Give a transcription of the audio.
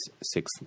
six